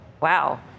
Wow